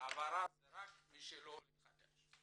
העברה זה רק מי שלא עולה חדש.